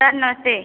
sir नमस्ते